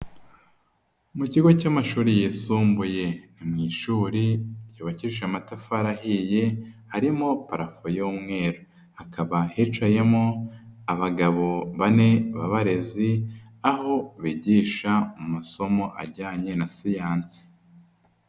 Mu kigo cy'amashuri yisumbuye, ni mu ishuri ryubakije amatafari ahiye, harimo parafo y'umweru, hakaba hicayemo abagabo bane b'abarezi, aho bigisha mu masomo ajyanye na siyansi.